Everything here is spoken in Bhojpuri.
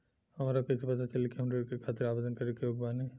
हमरा कइसे पता चली कि हम ऋण के खातिर आवेदन करे के योग्य बानी?